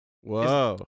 Whoa